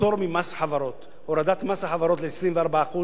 הורדת מס החברות ל-24% לעומת הסכום שהוא היה: